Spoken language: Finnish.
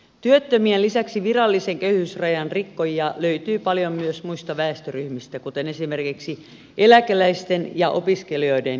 työttömien lisäksi virallisen köyhyysrajan rikkojia löytyy paljon myös muista väestöryhmistä kuten esimerkiksi eläkeläisten ja opiskelijoiden joukosta